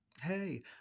hey